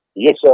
Yes